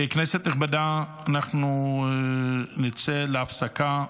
כנסת נכבדה, אנחנו נצא להפסקה.